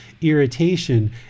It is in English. irritation